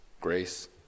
grace